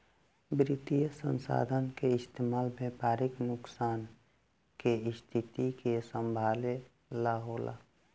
वित्तीय संसाधन के इस्तेमाल व्यापारिक नुकसान के स्थिति के संभाले ला होला